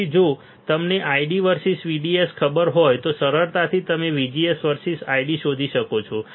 તેથી જો તમને ID વર્સીસ VDS ખબર હોય તો સરળતાથી તમે VGS વર્સીસ ID શોધી શકો છો